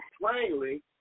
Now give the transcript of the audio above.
plainly